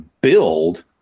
build